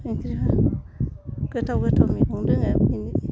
ओंख्रिफोर गोथाव गोथाव मैगं दङ